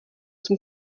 zum